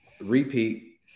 repeat